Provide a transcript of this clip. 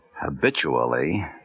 habitually